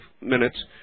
minutes